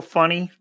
funny